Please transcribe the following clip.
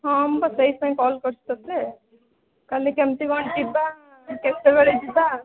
ହଁ ମୁଁ ପରା ସେଇଥିପାଇଁ କଲ୍ କରିଛି ତତେ କାଲି କେମତି କଣ ଯିବା କେତେବେଳେ ଯିବା